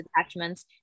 attachments